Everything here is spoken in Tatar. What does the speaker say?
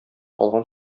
калган